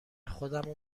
خودمو